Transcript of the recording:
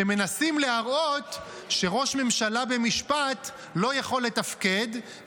בגלל שמנסים להראות שראש ממשלה במשפט לא יכול לתפקד,